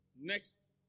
next